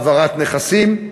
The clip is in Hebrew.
העברת נכסים,